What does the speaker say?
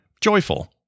joyful